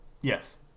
yes